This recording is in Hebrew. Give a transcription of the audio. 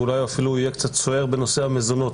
ואולי הוא יהיה אפילו קצת סוער בנושא המזונות.